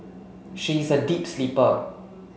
she's a deep sleeper